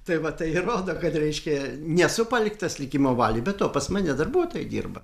tai va tai ir rodo kad reiškia nesu paliktas likimo valiai be to pas mane darbuotojai dirba